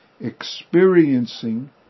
experiencing